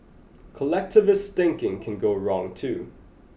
collectivist thinking can go wrong too